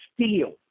steal